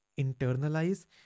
internalize